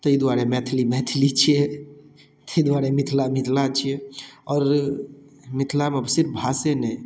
तै दुआरे मैथिली मैथिली छियै तै दुआरे मिथिला मिथिला छियै आओर मिथिलामे सिर्फ भाषे नहि